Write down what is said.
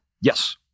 Yes